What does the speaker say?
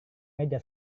meja